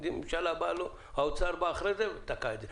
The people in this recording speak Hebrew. בא האוצר אחרי זה ותקע את זה.